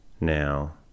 Now